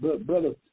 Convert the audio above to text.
Brother